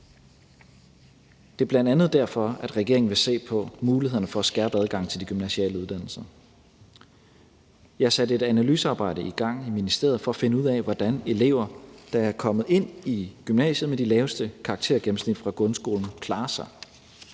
Det er bl.a. derfor, regeringen vil se på mulighederne for at skærpe adgangen til de gymnasiale uddannelser. Jeg har sat et analyseapparat i gang i ministeriet for at finde ud af, hvordan elever, der er kommet ind i gymnasiet med de laveste karaktergennemsnit fra grundskolen, klarer sig.